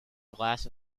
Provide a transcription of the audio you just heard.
glass